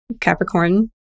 Capricorn